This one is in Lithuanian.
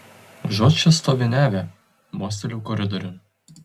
užuot čia stoviniavę mostelėjau koridoriun